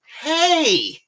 hey